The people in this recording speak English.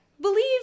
believe